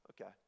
okay